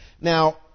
Now